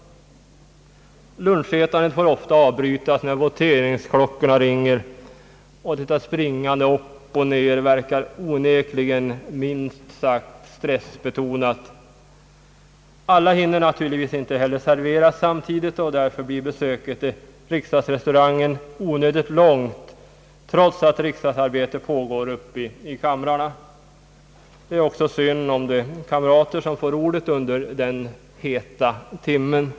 Lunchätandet får ofta avbrytas när voteringsklockorna ringer, och detta springande upp och ned verkar onekligen, minst sagt, stressbetonat. Alla hinner naturligtvis inte heller serveras samtidigt, och därför blir besöket i riksdagsrestaurangen onödigt långt — trots att riksdagsarbetet pågår uppe i kammaren. Det är också synd om de kamrater som får ordet under den »heta timmen«.